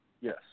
Yes